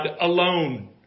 alone